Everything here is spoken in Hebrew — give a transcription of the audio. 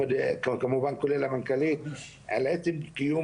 אז, והיב היה גם בדיון הזה, עשינו דיון